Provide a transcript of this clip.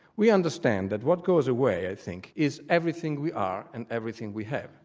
we understand that what goes away i think is everything we are and everything we have.